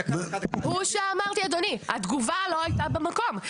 ומה שאמרתי אדוני, התגובה לא הייתה במקום.